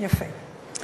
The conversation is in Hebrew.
יפה.